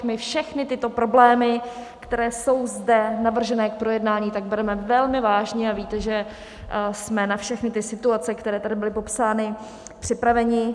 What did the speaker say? My všechny tyto problémy, které jsou zde navržené k projednání, bereme velmi vážně a víte, že jsme na všechny ty situace, které tady byly popsány, připraveni.